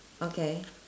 okay